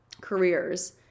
careers